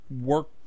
work